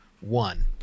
one